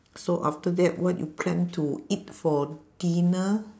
so after that what you plan to eat for dinner